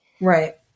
Right